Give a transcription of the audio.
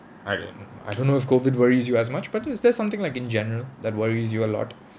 I don't know I don't know if COVID worries you as much but is there something like in general that worries you a lot